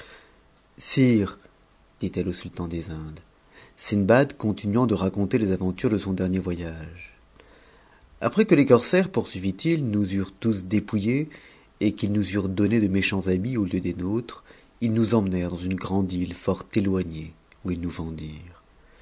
au sultan des indes sindbad continuant de raconter k's aventures de son dernier voyage après que les corsaires poursuivitil nous eurent tous dépouillés et qu'ils nous eurent donné de méchants habits au lieu des nôtres ils nous emmenèrent dans une grande te fort éloignée où ils nous